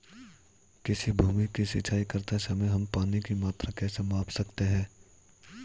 किसी भूमि की सिंचाई करते समय हम पानी की मात्रा कैसे माप सकते हैं?